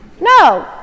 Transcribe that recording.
No